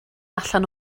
allan